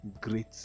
great